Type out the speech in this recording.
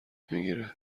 میگیره